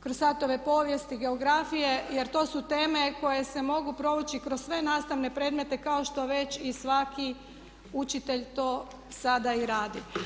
kroz satove povijesti, geografije jer to su teme koje se mogu provući kroz sve nastavne predmete kao što već i svaki učitelj to sada radi.